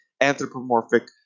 anthropomorphic